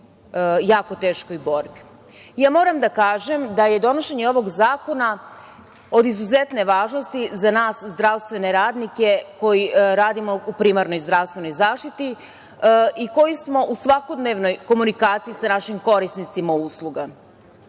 jako teškoj borbi. Moram da kažem da je donošenje ovog zakona od izuzetne važnosti za nas zdravstvene radnike koji radimo u primarnoj zdravstvenoj zaštiti i koji smo u svakodnevnoj komunikaciji sa našim korisnicima usluga,